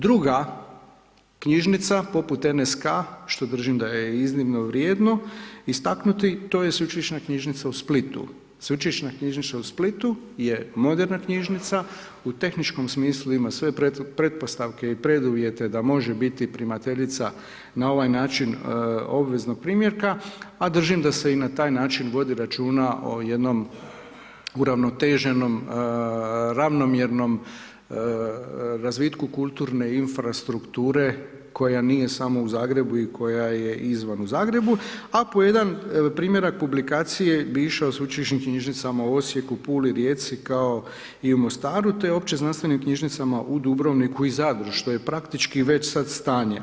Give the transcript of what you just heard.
Druga knjižnica poput NSK što držim da je i iznimno vrijedno istaknuti to je Sveučilišna knjižnica u Splitu, Sveučilišna knjižnica u Splitu je moderna knjižnica, u tehničkom smislu ima sve pretpostavke i preduvjete da može biti primateljica na ovaj način obveznog primjerka a držim da se i na taj način vodi računa o jednom uravnoteženom, ravnomjernom razvitku kulturne infrastrukture koja nije samo u Zagrebu i koja je izvan u Zagrebu a po jedan primjerak publikacije bi išao sveučilišnim knjižnicama u Osijeku, Puli, Rijeci kao i u Mostaru te opće znanstvenim knjižnicama u Dubrovniku i Zadru što je praktički već sad stanje.